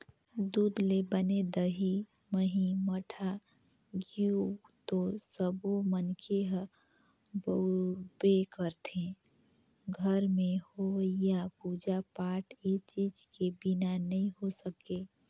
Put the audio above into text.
दूद ले बने दही, मही, मठा, घींव तो सब्बो मनखे ह बउरबे करथे, घर में होवईया पूजा पाठ ए चीज के बिना नइ हो सके